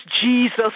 Jesus